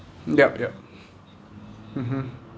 yup yup mmhmm